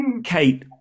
Kate